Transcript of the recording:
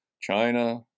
China